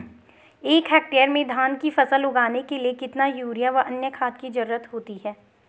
एक हेक्टेयर में धान की फसल उगाने के लिए कितना यूरिया व अन्य खाद की जरूरत होती है?